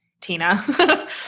Tina